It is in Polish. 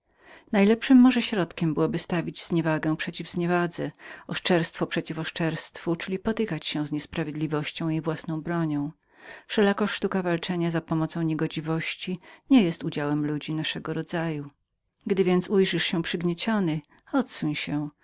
najlepszym może środkiem byłoby stawiać zniewagę przeciw zniewadze oszczerstwo przeciw oszczerstwu czyli wyraźniej mówiąc potykać się z niesprawiedliwością jej własną bronią wszelako sztuka walczenia za pomocą niegodziwości nie jest udziałem ludzi naszego rodzaju gdy więc ujrzysz się przygniecionym odsuń się